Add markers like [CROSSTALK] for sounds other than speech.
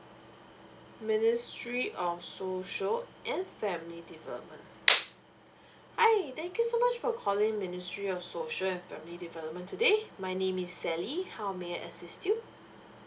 ministry of social and family development [NOISE] hi thank you so much for calling ministry of social and family development today my name is sally how may I assist you